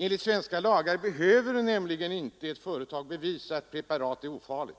Enligt svenska lagar behöver nämligen inte ett företag bevisa att ett preparat är ofarligt